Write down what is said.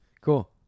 Cool